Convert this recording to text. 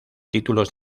títulos